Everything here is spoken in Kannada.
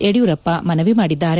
ಯಡಿಯೂರಪ್ಪ ಮನವಿ ಮಾಡಿದ್ದಾರೆ